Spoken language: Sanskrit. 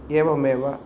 एवमेव